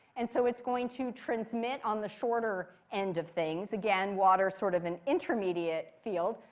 and so it's going to transmit on the shorter end of things. again, water sort of an intermediate field.